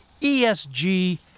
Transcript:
ESG